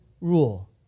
rule